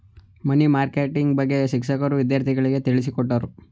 ಮನಿ marketing ಬಗ್ಗೆ ಶಿಕ್ಷಕರು ವಿದ್ಯಾರ್ಥಿಗಳಿಗೆ ತಿಳಿಸಿಕೊಟ್ಟರು